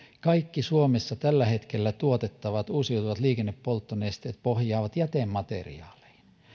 kaikki suomessa tällä hetkellä tuotettavat uusiutuvat liikennepolttonesteet pohjaavat jätemateriaaleihin